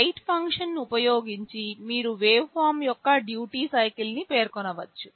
right ఫంక్షన్ను ఉపయోగించి మీరు వేవ్ఫార్మ్ యొక్క డ్యూటీ సైకిల్న్ని పేర్కొనవచ్చు